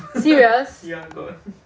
serious